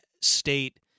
State